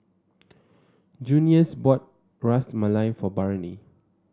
Junious bought Ras Malai for Barnie